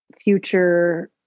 future